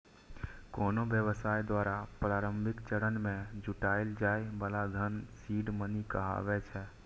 कोनो व्यवसाय द्वारा प्रारंभिक चरण मे जुटायल जाए बला धन सीड मनी कहाबै छै